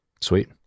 Sweet